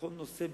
בכל נושא,